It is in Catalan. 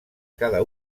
cada